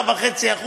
%7.5,